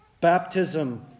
Baptism